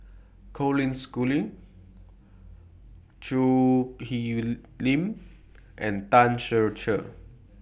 Colin Schooling Choo Hwee Lim and Tan Ser Cher